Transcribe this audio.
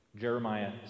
Jeremiah